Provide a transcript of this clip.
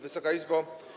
Wysoka Izbo!